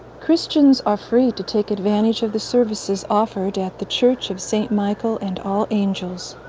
christians are free to take advantage of the services offered at the church of st. michael and all angels,